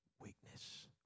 weakness